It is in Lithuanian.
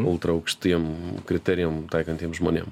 ultra aukštiem kriterijam taikantiem žmonėm